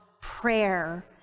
prayer